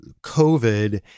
COVID